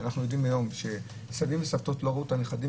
שאנחנו יודעים היום שסבים וסבתות לא ראו את הנכדים